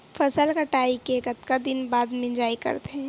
फसल कटाई के कतका दिन बाद मिजाई करथे?